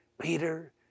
Peter